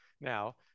now